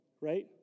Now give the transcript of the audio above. Right